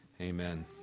Amen